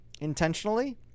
intentionally